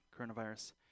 coronavirus